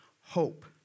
Hope